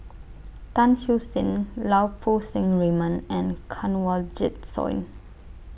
Tan Siew Sin Lau Poo Seng Raymond and Kanwaljit Soin